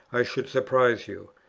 i should surprise you.